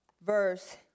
verse